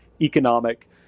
economic